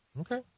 Okay